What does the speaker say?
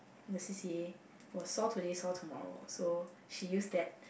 in the c_c_a was sore today soar tomorrow so she used that